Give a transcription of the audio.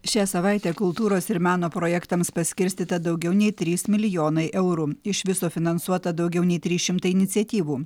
šią savaitę kultūros ir meno projektams paskirstyta daugiau nei trys milijonai eurų iš viso finansuota daugiau nei trys šimtai iniciatyvų